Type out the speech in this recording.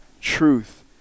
truth